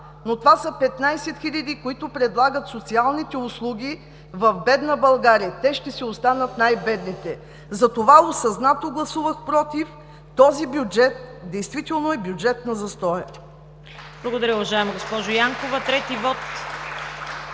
но това са 15 000, които предлагат социалните услуги в бедна България, те ще си останат най-бедните. Осъзнато гласувах „против“ – този бюджет действително е бюджет на застоя.